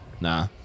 nah